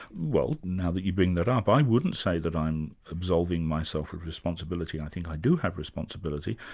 well now that you bring that up, i wouldn't say that i'm absolving myself of responsibility, i think i do have responsibility,